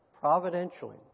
Providentially